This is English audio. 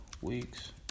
weeks